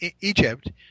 Egypt